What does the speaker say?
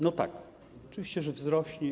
No tak, oczywiście, że wzrośnie.